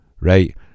right